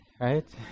right